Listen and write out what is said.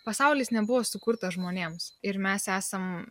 pasaulis nebuvo sukurtas žmonėms ir mes esam